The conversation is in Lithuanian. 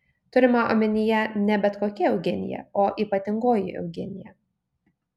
turima omenyje ne bet kokia eugenija o ypatingoji eugenija